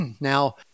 Now